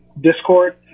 Discord